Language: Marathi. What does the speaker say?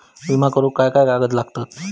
विमा करुक काय काय कागद लागतत?